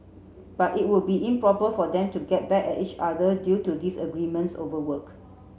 but it would be improper for them to get back at each other due to disagreements over work